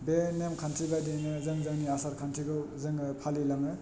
बे नेमखान्थि बायदियैनो जों जोंनि आसार खान्थिखौ जोङो फालिलाङो